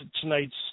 tonight's